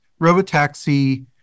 robotaxi